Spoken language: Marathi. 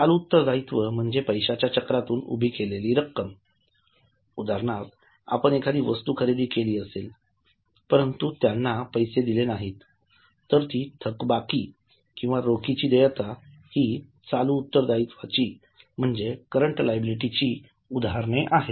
चालूउत्तरदायित्व म्हणजे पैशाच्या चक्रातून उभी केलेली रक्कम उदाहरणार्थ आपण एखादी वस्तू खरेदी केली परंतु त्यांना पैसे दिले नाहीत तर ती थकबाकी किंवा रोखीची देयता ही हि चालू उत्तरदायित्वाची म्हणजेच करंट लायबिलिटी ची उदाहरणे आहेत